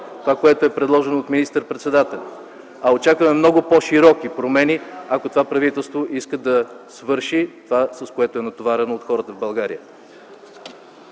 това, което е предложено от министър-председателя. (Шум и реплики от ГЕРБ.) Очакваме много по-широки промени, ако това правителство иска да свърши това, с което е натоварено от хората в България.